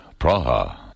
Praha